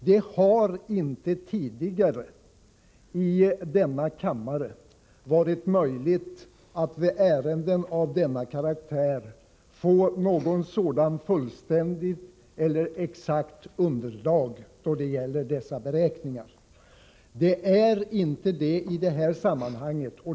Det har inte tidigare i denna kammare varit möjligt att i ärenden av denna karaktär få något sådant fullständigt eller exakt underlag då det gällt sådana här beräkningar. Det är inte möjligt i dag i detta sammanhang.